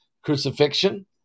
Crucifixion